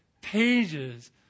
pages